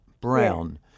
Brown